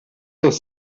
doch